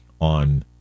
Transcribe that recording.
on